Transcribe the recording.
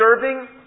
serving